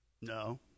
No